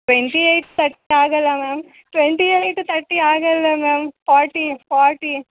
twenty eight thirty ಆಗೋಲ್ಲ ma'am twenty eight thirty ಆಗೋಲ್ಲ ma'am forty forty